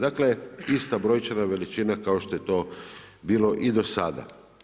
Dakle, ista brojčana veličina kao što je to bilo i do sada.